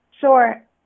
Sure